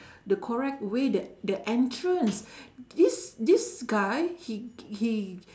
the correct way the the entrance this this guy he he